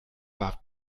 warf